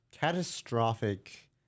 catastrophic